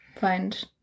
find